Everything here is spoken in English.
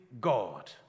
God